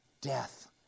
death